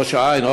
ראש-העין,